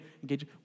engage